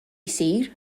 jsir